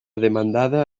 demandada